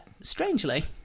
Strangely